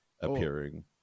appearing